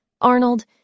Arnold